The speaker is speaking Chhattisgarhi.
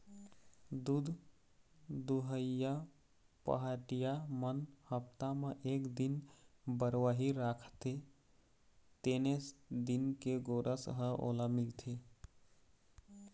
दूद दुहइया पहाटिया मन हप्ता म एक दिन बरवाही राखते तेने दिन के गोरस ह ओला मिलथे